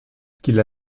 qu’il